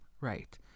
Right